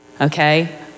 Okay